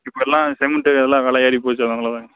இப்பெல்லாம் சிமெண்ட் விலை நல்லா ஏறிபோச்சு அதனாலதாங்க